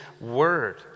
word